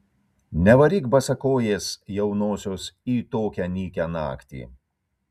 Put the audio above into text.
nevaryk basakojės jaunosios į tokią nykią naktį